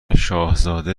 شاهزاده